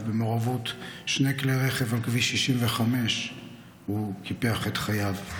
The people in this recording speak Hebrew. במעורבות שני כלי רכב על כביש 65. הוא קיפח את חייו.